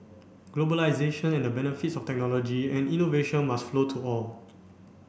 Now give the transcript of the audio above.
globalisation and the benefits of technology and innovation must flow to all